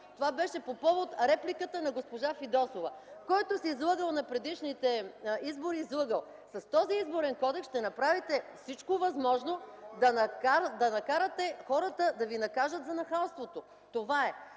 Това беше по повод репликата на госпожа Фидосова: „Който се е излъгал на предишните избори – излъгал”. С този Изборен кодекс ще направите всичко възможно да накарате хората да ви накажат за нахалството. Това е!